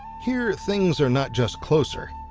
here things are not just closer,